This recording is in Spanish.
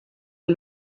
que